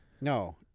No